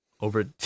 Over